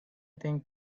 think